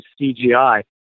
CGI